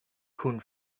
kun